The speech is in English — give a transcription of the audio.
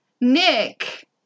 Nick